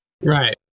right